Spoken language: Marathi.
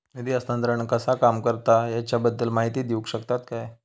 निधी हस्तांतरण कसा काम करता ह्याच्या बद्दल माहिती दिउक शकतात काय?